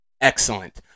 excellent